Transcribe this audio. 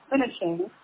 finishing